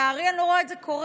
לצערי, אני לא רואה את זה קורה.